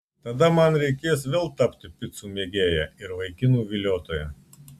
tada man reikės vėl tapti picų mėgėja ir vaikinų viliotoja